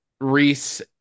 reese